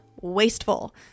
wasteful